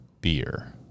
beer